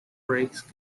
breaks